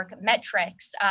metrics